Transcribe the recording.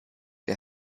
der